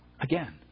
again